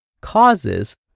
causes